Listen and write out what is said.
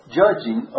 judging